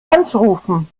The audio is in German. anzurufen